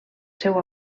seu